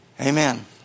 amen